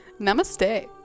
namaste